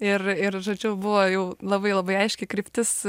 ir ir žodžiu buvo jau labai labai aiški kryptis